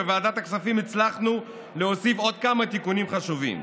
בוועדת הכספים הצלחנו להוסיף כמה תיקונים חשובים: